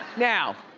now,